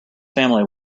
family